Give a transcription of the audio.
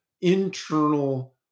internal